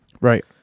Right